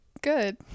good